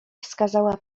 wskazała